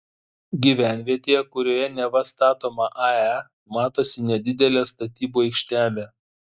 gyvenvietėje kurioje neva statoma ae matosi nedidelė statybų aikštelė